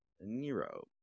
Nero